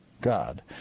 God